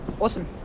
Awesome